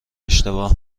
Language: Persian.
اشتباه